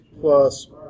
plus